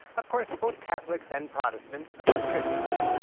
of course, both catholics and protestants are christians.